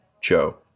Joe